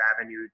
avenue